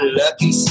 lucky